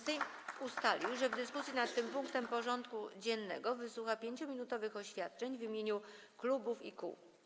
Sejm ustalił, że w dyskusji nad tym punktem porządku dziennego wysłucha 5-minutowych oświadczeń w imieniu klubów i kół.